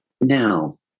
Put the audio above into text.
Now